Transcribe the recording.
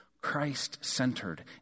Christ-centered